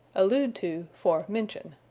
allude to for mention.